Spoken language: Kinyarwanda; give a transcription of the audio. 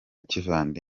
kivandimwe